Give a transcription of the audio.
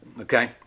okay